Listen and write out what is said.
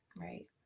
Right